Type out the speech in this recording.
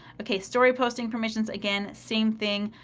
okay, story posting permissions. again, same thing.